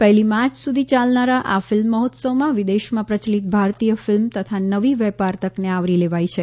પહેલી માર્ચ સુધી ચાલનારા આ ફિલ્મ મહોત્સવમાં વિદેશમાં પ્રયલીત ભારતીય ફિલ્મ તથા નવી વેપાર તકને આવરી લેવાઇ છે